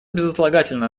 безотлагательно